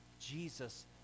jesus